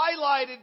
highlighted